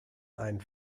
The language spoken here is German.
einen